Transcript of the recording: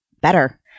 better